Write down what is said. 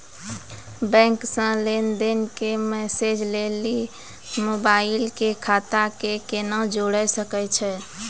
Bank से लेंन देंन के मैसेज लेली मोबाइल के खाता के केना जोड़े सकय छियै?